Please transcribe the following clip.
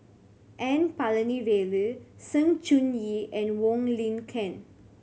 N Palanivelu Sng Choon Yee and Wong Lin Ken